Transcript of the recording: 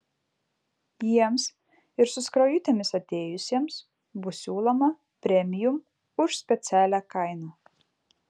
jiems ir su skrajutėmis atėjusiems bus siūloma premium už specialią kainą